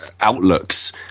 outlooks